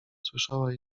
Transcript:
słyszała